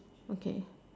okay